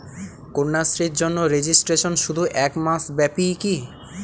কন্যাশ্রীর জন্য রেজিস্ট্রেশন শুধু এক মাস ব্যাপীই কি?